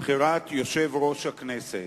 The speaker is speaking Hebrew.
בחירת יושב-ראש הכנסת.